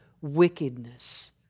wickedness